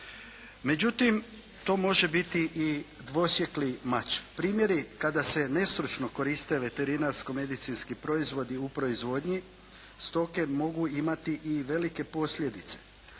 Međutim, to može biti i dvosjekli mač. Primjeri kada se nestručno koriste veterinarsko-medicinski proizvodi u proizvodnji stoke mogu imati i velike posljedice.